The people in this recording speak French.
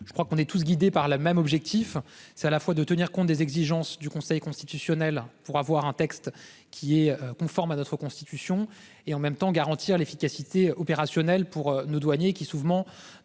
je crois qu'on est tous guidés par le même objectif c'est à la fois de tenir compte des exigences du Conseil constitutionnel pour avoir un texte qui est conforme à notre Constitution et en même temps garantir l'efficacité opérationnelle pour nos douaniers qui souvent